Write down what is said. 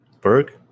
Berg